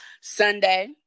Sunday